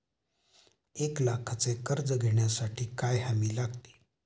एक लाखाचे कर्ज घेण्यासाठी काय हमी लागते?